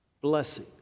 Blessing